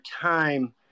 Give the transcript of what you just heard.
time